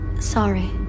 Sorry